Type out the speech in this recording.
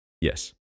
Yes